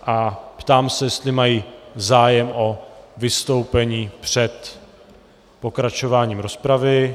Ptám se, jestli mají zájem o vystoupení před pokračováním rozpravy.